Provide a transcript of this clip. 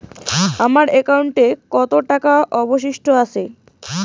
আমার একাউন্টে কত টাকা অবশিষ্ট আছে?